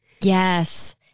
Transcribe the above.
Yes